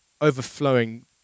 overflowing